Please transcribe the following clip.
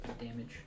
damage